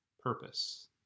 purpose